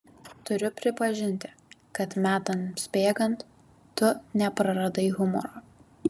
turiu pripažinti kad metams bėgant tu nepraradai humoro